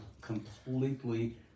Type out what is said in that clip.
completely